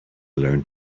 learn